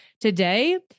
today